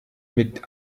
mit